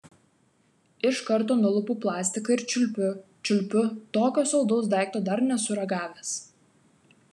iš karto nulupu plastiką ir čiulpiu čiulpiu tokio saldaus daikto dar nesu ragavęs